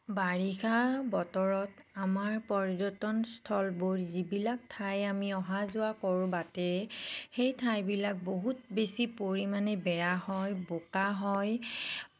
বাৰিষা বতৰত আমাৰ পৰ্যটনস্থলবোৰ যিবিলাক ঠাই আমি অহা যোৱা কৰোঁ বাটেৰে সেই ঠাইবিলাক বহুত বেছি পৰিমাণে বেয়া হয় বোকা হয়